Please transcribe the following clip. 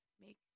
make